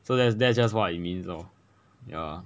so that's just that's just what it mean lor ya